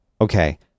Okay